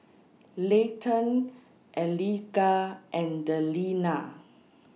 Leighton Eliga and Delina